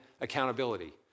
accountability